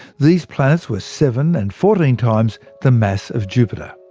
these planets were seven and fourteen times the mass of jupiter.